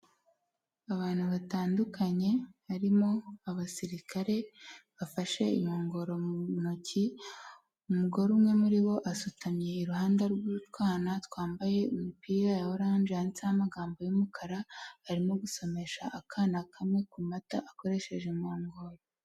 Abantu batandukanye harimo abasirikare bafashe inkongoro mu ntoki, umugore umwe muri bo asutamye iruhande rw'akana twambaye imipira ya oranje yanditseho amagambo y'umukara, arimo gusomesha akana kamwe ku mata akoresheje inkongoro.